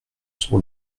sur